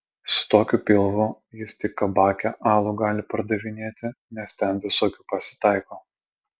su tokiu pilvu jis tik kabake alų gali pardavinėti nes ten visokių pasitaiko